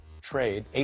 trade